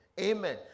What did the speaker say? Amen